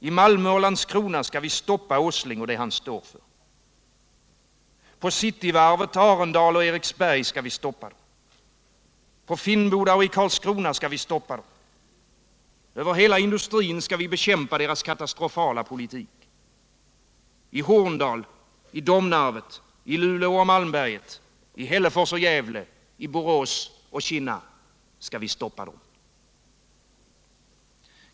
I Malmö och Landskrona skall vi stoppa Åsling och det han står för. På Cityvarvet. Arendal och Eriksberg skall vi stoppa dem. På Finnboda och i Karlskrona skall vi stoppa dem. Över hela industrin skall vi bekämpa deras katastrofala politik. I Horndal, i Domnarvet, i Luleå och Malmberget, i Hällefors och Gävle, i Borås och Kinna skall vi stoppa dem.